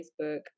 facebook